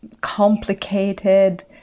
complicated